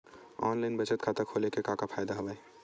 online बचत खाता खोले के का का फ़ायदा हवय